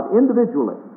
individually